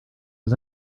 was